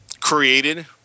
created